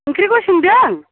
ओंख्रिखौ सोंदों